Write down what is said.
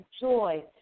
joy